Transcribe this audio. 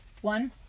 one